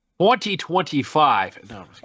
2025